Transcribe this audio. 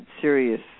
serious